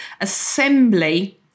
assembly